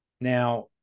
Now